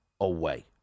away